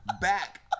back